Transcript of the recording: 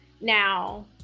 Now